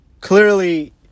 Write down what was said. Clearly